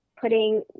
putting